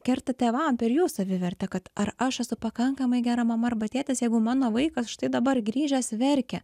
kerta tėvams per jų savivertę kad ar aš esu pakankamai gera mama arba tėtis jeigu mano vaikas štai dabar grįžęs verkia